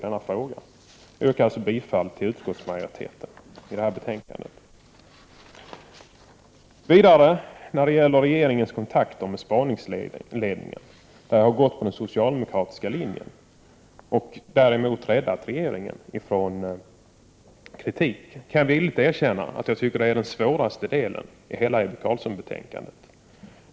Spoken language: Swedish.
Jag yrkar alltså bifall till utskottsmajoritetens anmälan i detta betänkande. Vidare när det gäller regeringens kontakter med spaningsledningen har jag följt den socialdemokratiska linjen och därmed räddat regeringen från kritik. Jag kan villigt erkänna att jag tycker att detta är den svåraste delen i hela Ebbe Carlsson-affären.